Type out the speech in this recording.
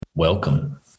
Welcome